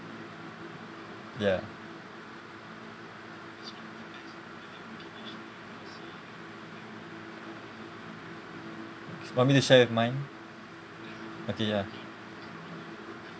ya want me to share with mine okay ya